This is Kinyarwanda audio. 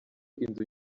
inzu